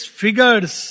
figures